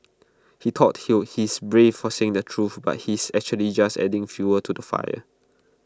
he thought he'll he's brave for saying the truth but he's actually just adding fuel to the fire